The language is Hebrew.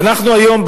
אנחנו היום,